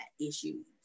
issues